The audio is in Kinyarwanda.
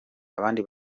abandi